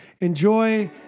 enjoy